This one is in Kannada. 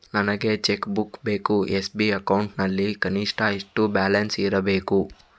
ನನಗೆ ಚೆಕ್ ಬುಕ್ ಬೇಕು ಎಸ್.ಬಿ ಅಕೌಂಟ್ ನಲ್ಲಿ ಕನಿಷ್ಠ ಎಷ್ಟು ಬ್ಯಾಲೆನ್ಸ್ ಇರಬೇಕು?